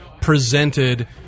presented